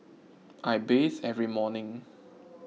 I bathe every morning